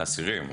אסירים.